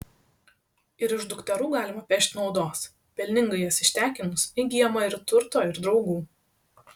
ir iš dukterų galima pešt naudos pelningai jas ištekinus įgyjama ir turto ir draugų